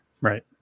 right